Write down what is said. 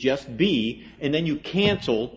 just b and then you cancel b